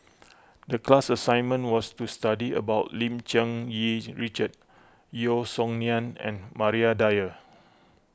the class assignment was to study about Lim Cherng Yih Richard Yeo Song Nian and Maria Dyer